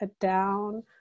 down